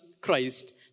Christ